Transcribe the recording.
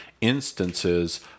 instances